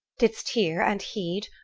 didst hear and heed,